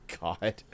God